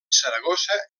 saragossa